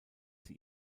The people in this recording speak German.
sie